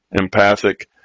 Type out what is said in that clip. empathic